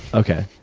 okay.